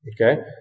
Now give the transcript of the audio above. Okay